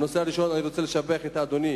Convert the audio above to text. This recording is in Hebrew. הנושא הראשון, אני רוצה לשבח את אדוני